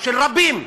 של רבים.